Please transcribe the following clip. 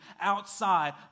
outside